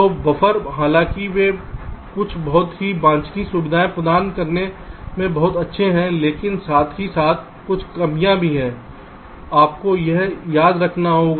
तो बफ़र हालांकि वे कुछ बहुत ही वांछनीय सुविधाएँ प्रदान करने में बहुत अच्छे हैं लेकिन साथ ही साथ कुछ कमियां भी हैं आपको यह याद रखना होगा